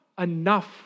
enough